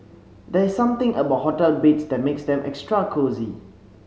there is something about hotel beds that makes them extra cosy